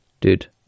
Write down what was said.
Dude